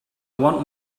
want